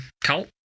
cult